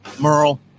Merle